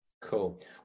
cool